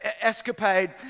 escapade